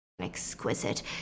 exquisite